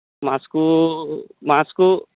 ମାସକୁ ମାସକୁ